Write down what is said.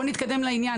בואו נתקדם לעניין.